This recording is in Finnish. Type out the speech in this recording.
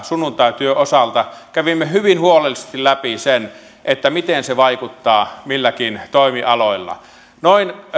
sunnuntaityön osalta kävimme hyvin huolellisesti läpi sen miten se vaikuttaa milläkin toimialoilla noin